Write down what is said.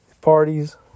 Parties